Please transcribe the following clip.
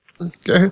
Okay